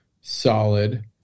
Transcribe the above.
solid